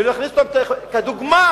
ומכניס כדוגמה